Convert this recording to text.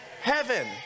heaven